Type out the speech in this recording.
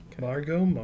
Margot